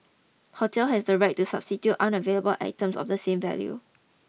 hotel has the right to substitute unavailable items of the same value